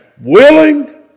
willing